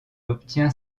obtient